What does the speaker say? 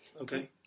okay